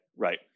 Right